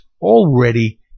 already